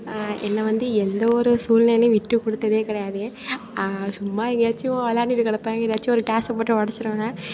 என்னை வந்து எந்த ஒரு சூழ்நிலையிலும் விட்டு கொடுத்ததே கிடையாது சும்மா எதாச்சும் விளாண்டுட்டு கெடப்பேன் எதாச்சும் ஒரு டாச்ச போட்டு உடச்சிடுவேன்